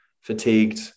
fatigued